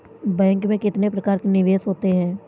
Bank में कितने प्रकार के निवेश होते हैं?